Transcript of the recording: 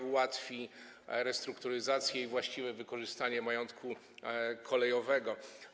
Ułatwi ona restrukturyzację i właściwe wykorzystanie majątku kolejowego.